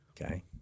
Okay